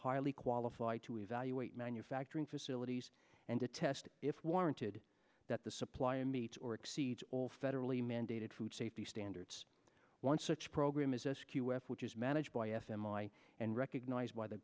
highly qualified to evaluate manufacturing facilities and to test if warranted that the supplier meets or exceeds all federally mandy added food safety standards one such program is a q f which is managed by f m i and recognized by the